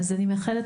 אז אני מאחלת,